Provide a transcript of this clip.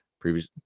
previous